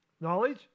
Knowledge